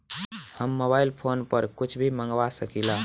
हम mobile phone पर कुछ भी मंगवा सकिला?